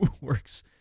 works